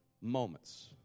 Moments